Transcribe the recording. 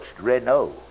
Renault